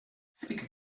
flick